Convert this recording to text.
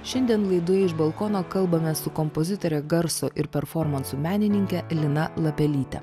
šiandien laidoje iš balkono kalbamės su kompozitore garso ir performansų menininke lina lapelyte